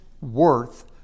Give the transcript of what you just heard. worth